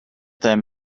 them